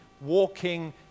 walking